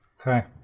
Okay